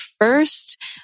first